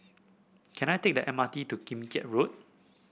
can I take the M R T to Kim Keat Road